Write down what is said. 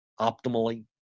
optimally